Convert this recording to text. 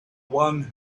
one